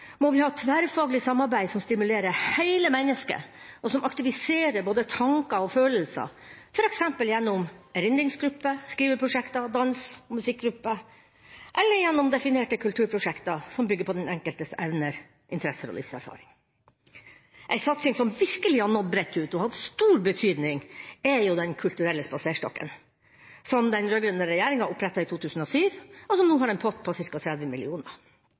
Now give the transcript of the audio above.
må vi ha et tverrfaglig samarbeid som stimulerer hele mennesket, og som aktiviserer både tanker og følelser, f.eks. gjennom erindringsgrupper, skriveprosjekter, danse- og musikkgrupper, eller gjennom definerte kulturprosjekter som bygger på den enkeltes evner, interesser og livserfaring. Ei satsing som virkelig har nådd bredt ut og hatt stor betydning, er Den kulturelle spaserstokken, som den rød-grønne regjeringa opprettet i 2007, og som nå har en pott på ca. 30